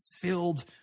filled